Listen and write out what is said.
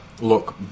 look